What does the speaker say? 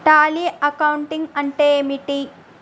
Tally accounting అంటే ఏమిటి?